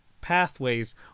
pathways